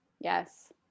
Yes